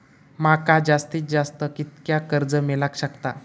माका जास्तीत जास्त कितक्या कर्ज मेलाक शकता?